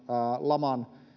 laman